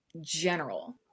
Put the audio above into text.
general